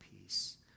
Peace